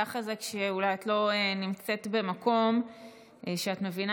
ככה זה כשאולי את לא נמצאת במקום שאת מבינה